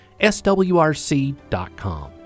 swrc.com